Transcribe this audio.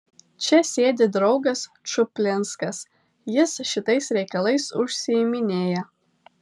čia sėdi draugas čuplinskas jis šitais reikalais užsiiminėja